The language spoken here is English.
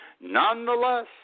Nonetheless